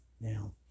Now